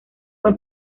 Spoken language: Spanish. fue